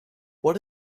what